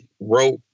wrote